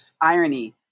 irony